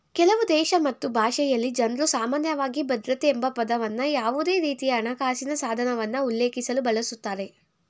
ಕೆಲವುದೇಶ ಮತ್ತು ಭಾಷೆಯಲ್ಲಿ ಜನ್ರುಸಾಮಾನ್ಯವಾಗಿ ಭದ್ರತೆ ಎಂಬಪದವನ್ನ ಯಾವುದೇರೀತಿಯಹಣಕಾಸಿನ ಸಾಧನವನ್ನ ಉಲ್ಲೇಖಿಸಲು ಬಳಸುತ್ತಾರೆ